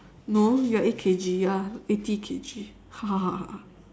no you're eight K_G you are eighty K_G